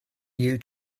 you